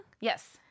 yes